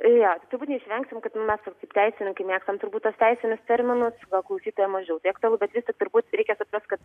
jo tai turbūt neišvengsim kad mes kaip teisininkai mėgstam turbūt tuos teisinius terminus gal klausytojam mažiau tai aktualu bet vis tik turbūt reikia suprast kad